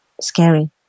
scary